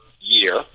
year